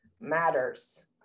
matters